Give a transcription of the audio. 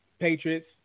Patriots